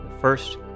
first